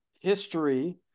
history